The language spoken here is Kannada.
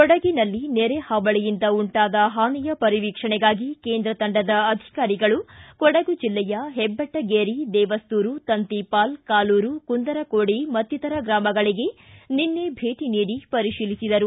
ಕೊಡಗಿನಲ್ಲಿ ನೆರೆಹಾವಳಿಯಿಂದ ಉಂಟಾದ ಹಾನಿಯ ಪರಿವೀಕ್ಷಣೆಗಾಗಿ ಕೇಂದ್ರ ತಂಡದ ಅಧಿಕಾರಿಗಳು ಕೊಡಗು ಜಲ್ಲೆಯ ಹೆಬ್ಬಿಟ್ಟಗೇರಿ ದೇವಸ್ತೂರು ತಂತಿಪಾಲ ಕಾಲೂರು ಕುಂದರಕೊಡಿ ಮತ್ತಿತರ ಗ್ರಾಮಗಳಗೆ ನಿನ್ನೆ ಭೇಟಿ ನೀಡಿ ಪರಿಶೀಲಿಸಿದರು